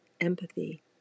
empathy